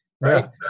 right